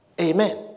Amen